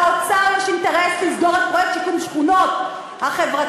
לאוצר יש אינטרס לסגור את פרויקט שיקום השכונות החברתי.